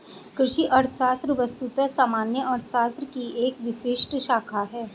कृषि अर्थशास्त्र वस्तुतः सामान्य अर्थशास्त्र की एक विशिष्ट शाखा है